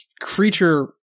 creature